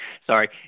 sorry